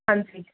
ਹਾਂਜੀ